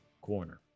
corner